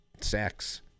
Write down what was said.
sex